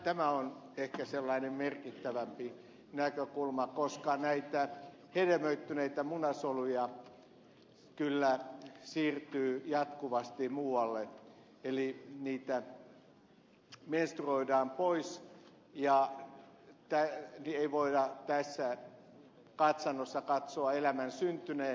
tämä on ehkä sellainen merkittävämpi näkökulma koska näitä hedelmöittyneitä munasoluja kyllä siirtyy jatkuvasti muualle eli niitä menstruoidaan pois ja ei voida tässä katsannossa katsoa elämän syntyneen